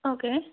okay